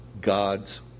God's